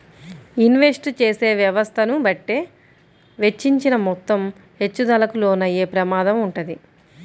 invest చేసే వ్యవస్థను బట్టే వెచ్చించిన మొత్తం హెచ్చుతగ్గులకు లోనయ్యే ప్రమాదం వుంటది